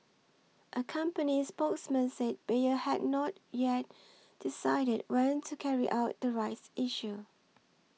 a company spokesman say Bayer had not yet decided when to carry out the rights issue